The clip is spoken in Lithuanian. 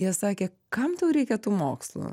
jie sakė kam tau reikia tų mokslų